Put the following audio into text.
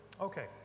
Okay